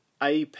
AP